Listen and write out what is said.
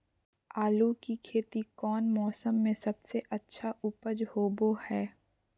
आलू की खेती कौन मौसम में सबसे अच्छा उपज होबो हय?